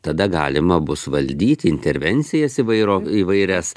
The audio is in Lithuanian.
tada galima bus valdyti intervencijas įvairo įvairias